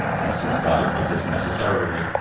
and since god exists necessarily,